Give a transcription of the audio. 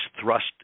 thrust